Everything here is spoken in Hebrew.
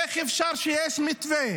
איך אפשר כשיש מתווה